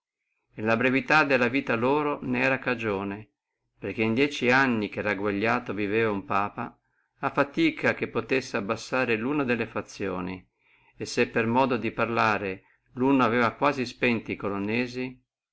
la brevità della vita loro nera cagione perché in dieci anni che ragguagliato viveva uno papa a fatica che potessi sbassare una delle fazioni e se verbigrazia luno aveva quasi spenti